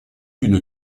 une